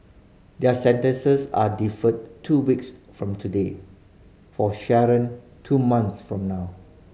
their sentences are deferred two weeks from today for Sharon two months from now